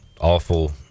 awful